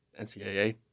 NCAA